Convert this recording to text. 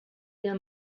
bien